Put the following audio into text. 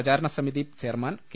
പ്രചാരണ സമിതി chairman K